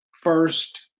first